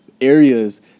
areas